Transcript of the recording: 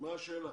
מה השאלה?